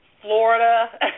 Florida